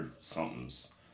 Something's